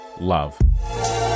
Love